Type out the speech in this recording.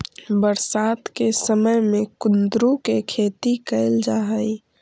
बरसात के समय में कुंदरू के खेती कैल जा हइ